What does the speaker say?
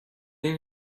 این